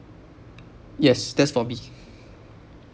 yes that's for me